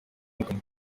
umugabo